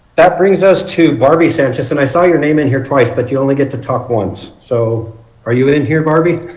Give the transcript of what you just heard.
that brings us to barbie sanchez and i saw your name in here twice but you only get to talk once. so are you in here barbie?